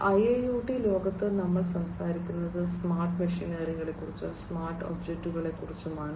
IIoT ലോകത്ത് നമ്മൾ സംസാരിക്കുന്നത് സ്മാർട്ട് മെഷിനറികളെക്കുറിച്ചും സ്മാർട്ട് ഒബ്ജക്റ്റുകളെക്കുറിച്ചും ആണ്